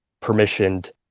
permissioned